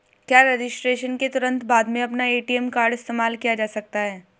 क्या रजिस्ट्रेशन के तुरंत बाद में अपना ए.टी.एम कार्ड इस्तेमाल किया जा सकता है?